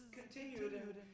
continued